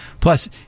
Plus